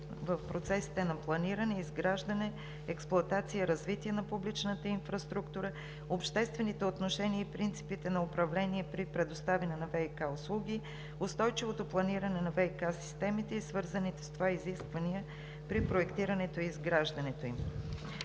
в процесите на планиране, изграждане, експлоатация и развитие на публичната инфраструктура; обществените отношения и принципите на управление при предоставяне на ВиК услуги; устойчивото планиране на ВиК системите и свързаните с това изисквания при проектирането и изграждането им.